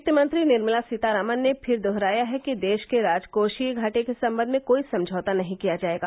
वित्तमंत्री निर्मला सीतारामन ने फिर दोहराया है कि देश के राजकोषीय घाटे के संबंध में कोई समझौता नहीं किया जाएगा